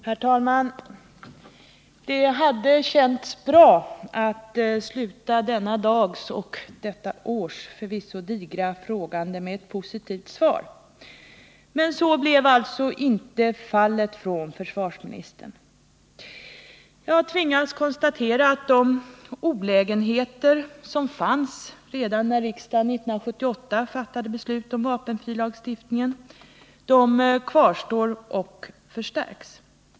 Herr talman! Det hade känts bra om denna dags och förvisso även detta riksmötes digra frågande hade kunnat avslutas med ett positivt svar, men så blev alltså inte fallet. Jag tvingas konstatera att de olägenheter som fanns redan 1978, när riksdagen fattade beslut om vapenfrilagstiftningen, kvarstår och förstärks.